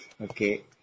okay